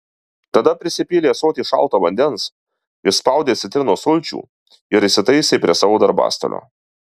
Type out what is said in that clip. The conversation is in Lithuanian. tada prisipylė ąsotį šalto vandens įspaudė citrinos sulčių ir įsitaisė prie savo darbastalio